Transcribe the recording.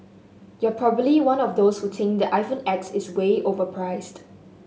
you're probably one of those who think the iPhone X is way overpriced